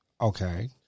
Okay